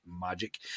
magic